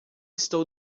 estou